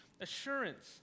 assurance